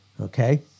Okay